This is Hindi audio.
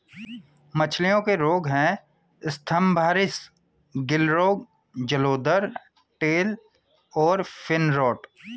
मछलियों के रोग हैं स्तम्भारिस, गिल रोग, जलोदर, टेल और फिन रॉट